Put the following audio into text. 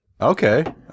Okay